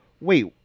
wait